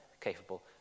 capable